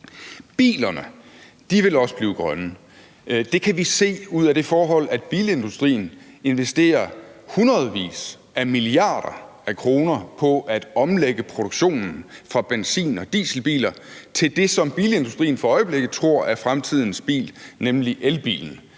Bilerne vil også blive grønne. Det kan vi se ud af det forhold, at bilindustrien investerer hundredvis af milliarder af kroner i at omlægge produktionen fra benzin- og dieselbiler til det, som bilindustrien for øjeblikket tror er fremtidens bil, nemlig elbilen.